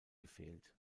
gefehlt